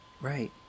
Right